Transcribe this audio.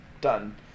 done